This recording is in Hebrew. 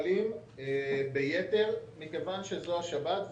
מתוגמלים ביתר, מכיוון שזו השבת.